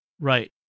Right